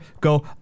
go